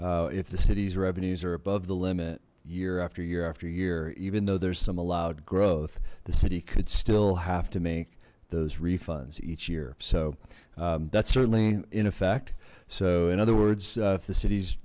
if the city's revenues are above the limit year after year after year even though there's some allowed growth the city could still have to make those refunds each year so that's certainly in effect so in other words if the cit